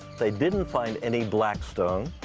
they didn't find any blackstone.